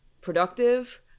productive